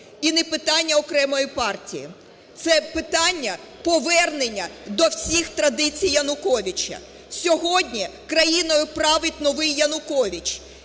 і не питання окремої партії, це питання повернення до всіх традицій Януковича. Сьогодні країною править новий Янукович.